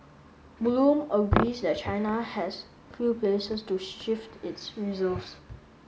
bloom agrees that China has few places to shift its reserves